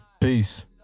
Peace